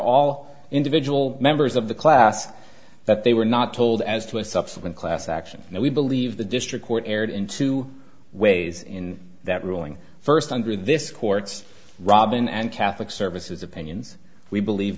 all individual members of the class that they were not told as to a subsequent class action and we believe the district court erred in two ways in that ruling first under this court's robin and catholic services opinions we believe